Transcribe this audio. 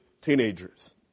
teenagers